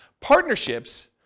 Partnerships